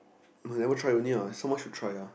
no never try only ah so much to try ah